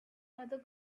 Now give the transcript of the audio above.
other